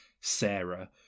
Sarah